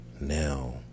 now